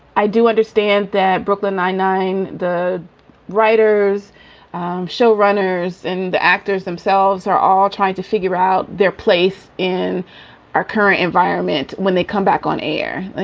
i do understand that brooklyn nine nine, the writers show runners and the actors themselves are all trying to figure out their place in our current environment. when they come back on air, ah